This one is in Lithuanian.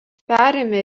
perėmė